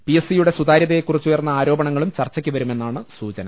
പിഎസ്സിയുടെ സുതാ ര്യതയെക്കുറിച്ചുയർന്ന ആരോപണങ്ങളും ചർച്ചക്കു വരുമെന്നാണ് സൂചന